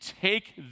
take